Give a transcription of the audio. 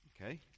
Okay